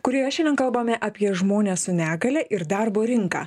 kurioje šiandien kalbame apie žmones su negalia ir darbo rinką